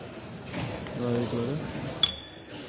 da er